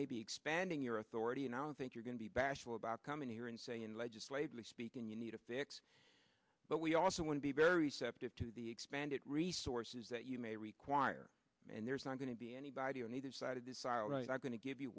maybe expanding your authority and i don't think you're going to be bashful about coming here and saying legislatively speaking you need a fix but we also want to be very sensitive to the expanded resources that you may require and there's not going to be anybody on either side of this are going to give you